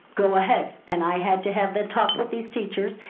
go ahead. and i had to have that talk with these teachers,